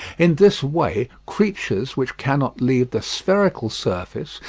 in this way creatures which cannot leave the spherical surface,